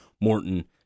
Morton